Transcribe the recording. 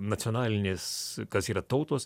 nacionalinės kas yra tautos